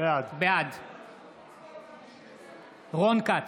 בעד רון כץ,